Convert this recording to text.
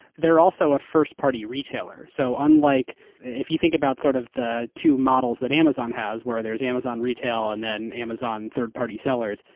theyaeurre also a first-party retailer. so and like if you think about sort of the two models that amazon has where there's amazon retail and then amazon third-party sellers,